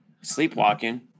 sleepwalking